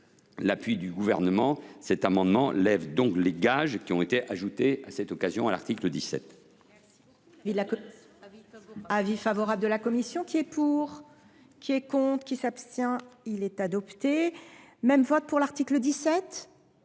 l’appui du Gouvernement, tend à lever les gages qui ont été ajoutés à cette occasion à l’article 17.